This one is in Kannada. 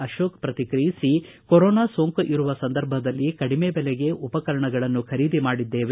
ಅಕೋಕ್ ಪ್ರಕಿಕ್ರಿಯಿಸಿ ಕೊರೊನಾ ಸೋಂಕು ಇರುವ ಸಂದರ್ಭದಲ್ಲಿ ಕಡಿಮೆ ಬೆಲೆಗೆ ಉಪಕರಣಗಳನ್ನು ಖರೀದಿ ಮಾಡಿದ್ದೇವೆ